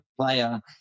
player